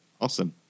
Awesome